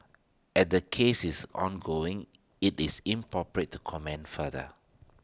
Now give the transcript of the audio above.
as the case is ongoing IT is inappropriate to comment further